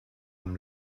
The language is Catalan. amb